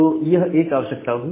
तो यह एक आवश्यकता हुई